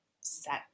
set